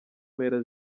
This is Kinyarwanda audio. mpera